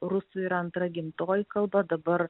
rusų yra antra gimtoji kalba dabar